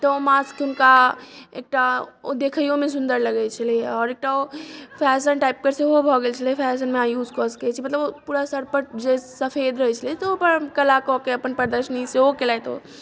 तऽ ओ मास्क हुनका एकटा ओ देखैयो मे सुन्दर लगै छलैया आओर एकटा ओ फैशन टाइपके सेहो भऽ गेल छलै फैशन मे अहाँ यूज कऽ सकै छी मतलब पूरा सरपट जे सफेद रहै छलै तऽ ओहिपर कला कऽ के अपन प्रदर्शनी सेहो केलथि ओ